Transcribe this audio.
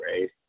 right